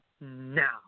now